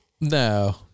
No